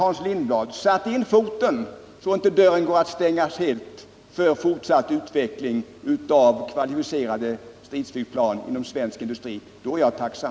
Hans Lindblad, satt in foten så att dörren inte helt kan stängas för fortsatt utveckling av kvalificerade stridsflygplan inom svensk industri, då är jag tacksam.